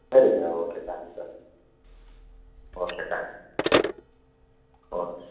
சரி sir okay thanks sir okay thanks okay